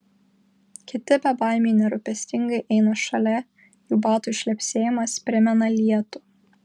kiti bebaimiai nerūpestingai eina šalia jų batų šlepsėjimas primena lietų